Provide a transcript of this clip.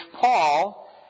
Paul